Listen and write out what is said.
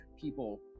people